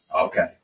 Okay